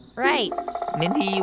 right mindy,